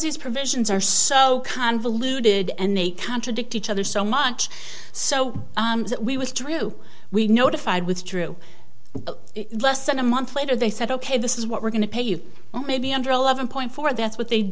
these provisions are so convoluted and they contradict each other so much so that we was true we notified withdrew less than a month later they said ok this is what we're going to pay you well maybe under eleven point four that's what they